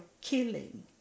killing